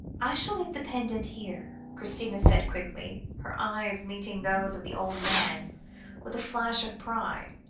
i shall leave the pendant here, christina said quickly, her eyes meeting those of the old man with a flash of pride,